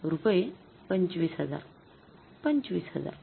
रुपये २५००० २५०००